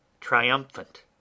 triumphant